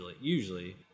usually